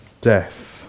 death